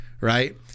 right